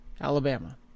Alabama